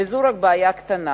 וזו רק בעיה קטנה.